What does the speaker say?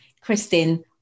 Kristen